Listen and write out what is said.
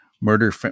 Murder